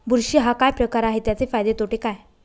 बुरशी हा काय प्रकार आहे, त्याचे फायदे तोटे काय?